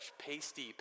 pasty